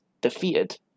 defeated